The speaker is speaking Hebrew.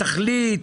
תחליט,